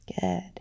Good